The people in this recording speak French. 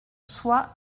soi